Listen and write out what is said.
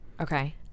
Okay